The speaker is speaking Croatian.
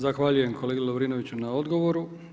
Zahvaljujem kolegi Lovrinoviću na odgovoru.